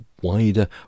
wider